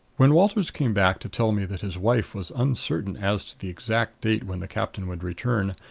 when walters came back to tell me that his wife was uncertain as to the exact date when the captain would return,